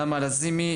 נעמה לזימי,